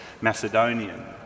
Macedonian